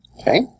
Okay